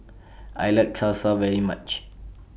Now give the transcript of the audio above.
I like Salsa very much